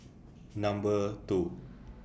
Number two